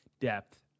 depth